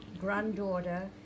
granddaughter